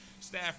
staff